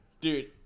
Dude